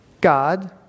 God